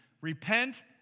repent